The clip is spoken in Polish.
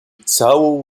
całą